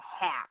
half